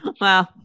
Wow